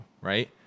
right